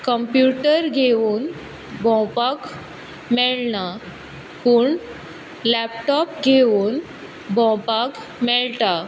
computer घेवून भोंवपाक मेळना पूण लेपटोप घेवून भोंवपाक मेळटा